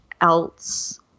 else